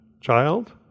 child